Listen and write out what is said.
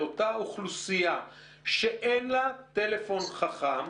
לאותה אוכלוסייה שאין לה טלפון חכם,